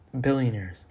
Billionaires